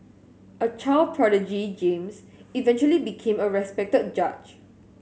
a child prodigy James eventually became a respected judge